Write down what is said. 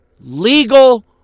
legal